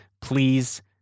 Please